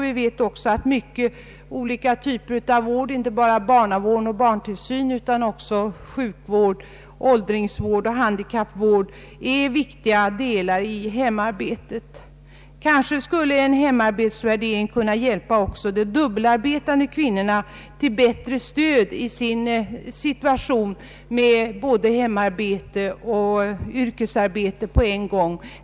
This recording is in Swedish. Vi vet också att många olika typer av vård, inte bara barnavård och barntillsyn utan även sjukvård, åldringsvård och vård av handikappade, är viktiga delar av hemmaarbetet. Kanske skulle en hemmaarbetsvärdering kunna hjälpa även de dubbelarbetande kvinnorna till bättre stöd i deras situation med både hemarbete och yrkesarbete på en gång.